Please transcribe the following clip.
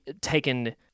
taken